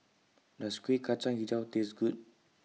Does Kuih Kacang Hijau Taste Good